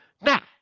now